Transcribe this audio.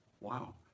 Wow